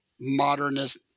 modernist